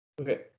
Okay